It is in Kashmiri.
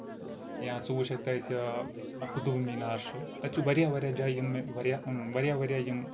یا ژٕ وٕچھکھ تَتہِ قُطب مِنار چھُ تَتہِ چھُ واریاہ واریاہ جایہِ یِم مےٚ واریاہ واریاہ واریاہ یِم